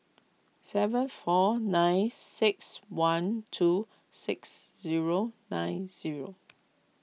seven four nine six one two six zero nine zero